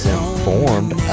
Informed